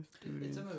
students